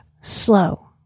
slow